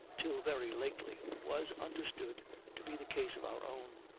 till very lately, was understood to be the case of our own.